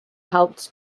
helped